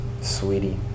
sweetie